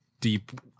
deep